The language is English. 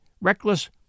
reckless